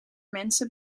mensen